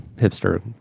hipster